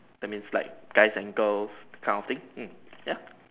that means like guys and girls kind of thing mm ya